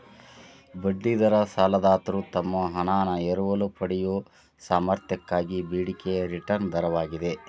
ಬಡ್ಡಿ ದರ ಸಾಲದಾತ್ರು ತಮ್ಮ ಹಣಾನ ಎರವಲು ಪಡೆಯಯೊ ಸಾಮರ್ಥ್ಯಕ್ಕಾಗಿ ಬೇಡಿಕೆಯ ರಿಟರ್ನ್ ದರವಾಗಿದೆ